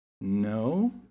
No